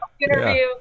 interview